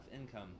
income